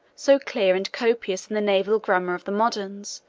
so clear and copious in the naval grammar of the moderns,